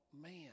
man